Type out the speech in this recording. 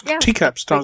Teacups